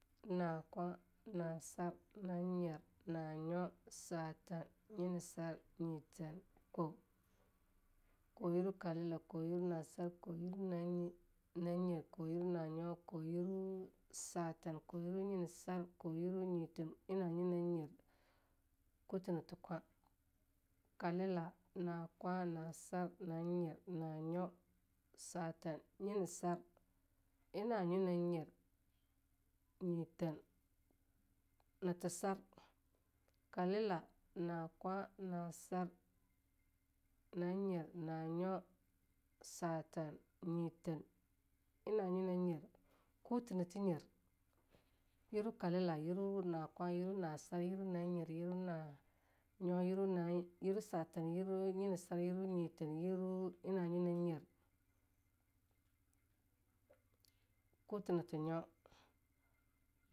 Nakwa, nasar, nanyir, nanyo, satan, nyinisa, nyiten, koo. koo yirwu kalila, koo yirwu nasar, koo yiwu nanyer, ko yirwu na nyo, koo yirwu satan, koo yiru nyinisa, kow yirun nyiten, ina nyo ina nyer, kutinati kwa kalila, nakwa, na sar, na nyer, na nyo, satan, nyin sar, ina nyo ina nyer, nyiten, nati asr, kaliwa, nakwa, na sar, na nyer, nanyo, satan, nyiten, ina nyo ina nyer, kute nati nyer, yiwru - kalila, yirwu - na sar, yirwu - na nyer, yirwu - na nyo, yirwu - satan, yirwu - nyinisa, yirwu - nyiten, ina nyo ina nyer, kuti nati nyo.